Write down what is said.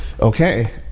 Okay